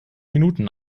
minuten